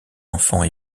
enfants